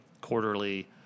quarterly